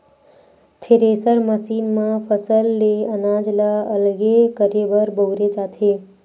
thresher machine म फसल ले अनाज ल अलगे करे बर बउरे जाथे